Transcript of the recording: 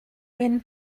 when